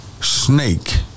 snake